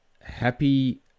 happy